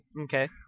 Okay